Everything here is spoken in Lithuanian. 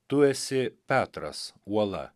tu esi petras uola